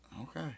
Okay